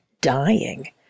dying